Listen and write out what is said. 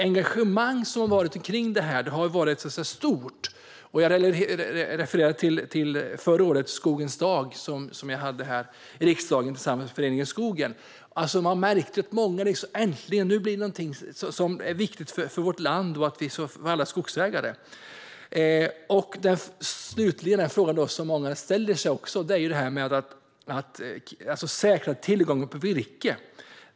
Engagemanget kring det här har varit stort. Jag refererade till förra årets Skogens dag, som jag hade här i riksdagen tillsammans med Föreningen Skogen. Man märkte då att många tyckte: Äntligen - nu blir det någonting som är viktigt för vårt land och för alla skogsägare! Slutligen är en fråga som många ställer sig hur man ska säkra tillgången på virke.